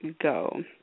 Go